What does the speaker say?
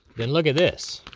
then look a this.